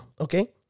Okay